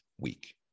week